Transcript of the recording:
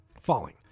Falling